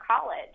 college